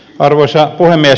arvoisa puhemies